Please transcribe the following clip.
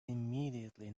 immediately